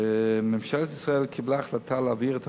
ממשלת ישראל קיבלה החלטה להעביר את